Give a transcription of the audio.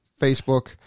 Facebook